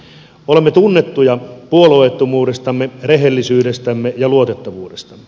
olemme tunnettuja puolueettomuudestamme rehellisyydestämme ja luotettavuudestamme